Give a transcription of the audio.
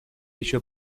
еще